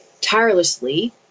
tirelessly